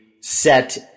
set